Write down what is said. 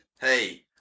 Hey